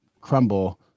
crumble